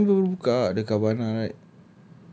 belum december belum buka the cavana right